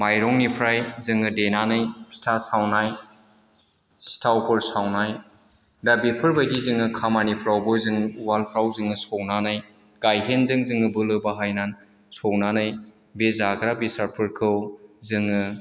माइरंनिफ्राय जोङो देनानै फिथा सावनाय सिथावफोर सावनाय दा बेफोरबायदि जोङो खामानिफोरावबो जों वालफ्राव जोङो सौनानै गायहेनजों जोङो बोलो बाहायनानै संनानै बे जाग्रा बेसादफोरखौ जोङो